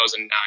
2009